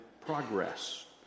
progress